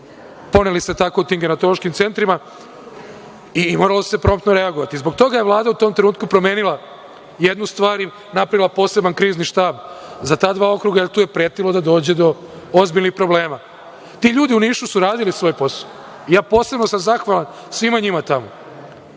poneli se tako u tim gerontološkim centrima i moralo se promtno reagovati. Zbog toga je Vlada u tom trenutku promenila jednu stvari i napravila poseban Krizni štab za ta dva okruga, jer tu je pretilo da dođe do ozbiljnih problema. Ti ljudi u Nišu su radili svoj posao. Ja sam posebno zahvalan svima njima tamo,